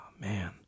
Man